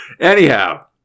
Anyhow